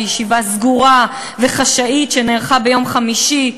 בישיבה סגורה וחשאית שנערכה ביום חמישי,